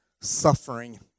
suffering